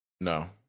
no